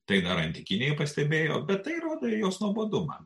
tai dar antikinėj pastebėjo bet tai rodo jos nuobodumą